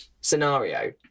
scenario